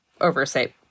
oversight